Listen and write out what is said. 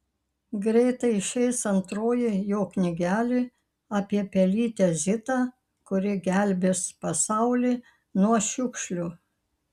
greitai išeis antroji jo knygelė apie pelytę zitą kuri gelbės pasaulį nuo šiukšlių